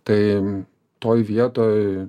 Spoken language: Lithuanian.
tai toj vietoj